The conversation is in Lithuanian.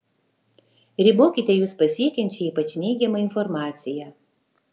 ribokite jus pasiekiančią ypač neigiamą informaciją